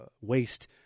waste